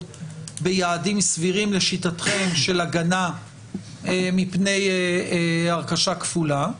ביעדים סבירים לשיטתכם של הגנה מפני הרכשה כפולה,